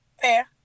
Fair